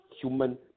human